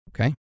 okay